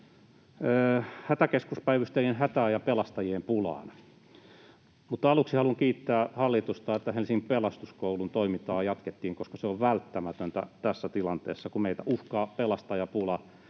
hätäkeskuspäivystäjien hätään ja pelastajien pulaan. Aluksi haluan kiittää hallitusta, että Helsingin Pelastuskoulun toimintaa jatkettiin, koska se on välttämätöntä tässä tilanteessa, kun meitä uhkaa pelastajapula